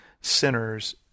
sinners